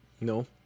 No